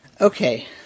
Okay